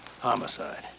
Homicide